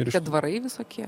ir čia dvarai visokie